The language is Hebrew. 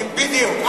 בדיוק.